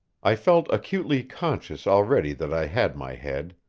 i felt acutely conscious already that i had my head.